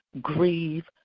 grieve